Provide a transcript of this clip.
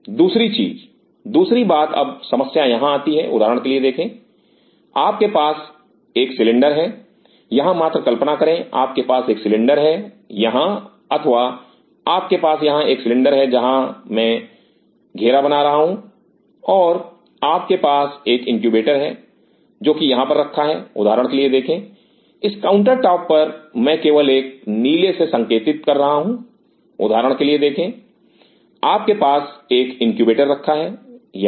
दूसरी चीज दूसरी बात अब समस्या यहां आती है उदाहरण के लिए देखें आपके पास एक सिलेंडर है यहां मात्र कल्पना करें आपके पास एक सिलेंडर है यहां अथवा आपके पास यहां एक सिलेंडर है जगह जहां मैं घेरा बना रहा हूं और आपके पास एक इनक्यूबेटर है जो कि यहां पर रखा है उदाहरण के लिए देखें इस काउंटर टॉप पर मैं केवल एक नीले से संकेतित कर रहा हूं उदाहरण के लिए देखें आपके पास एक इनक्यूबेटर रखा है यहां